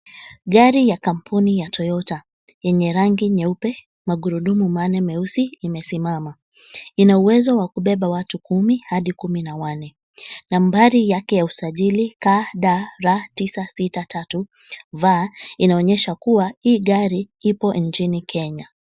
Gari ya kampuni ya Toyota yenye rangi nyeupe, magurudumu manne meusi imesimama. Ina uwezo wa kubeba watu kumi hadi kumi na wanne. Nambari yake ya usajili KDR tisa sita tatu V inaonyesha kuwa hii gari ipo nchini Kenya.